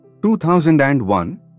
2001